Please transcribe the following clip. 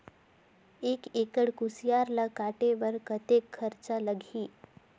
एक एकड़ कुसियार ल काटे बर कतेक खरचा लगही?